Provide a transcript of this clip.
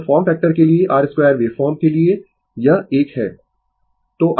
तो form factor के लिए r2 वेवफॉर्म के लिए यह 1 है